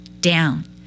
down